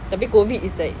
tapi COVID is like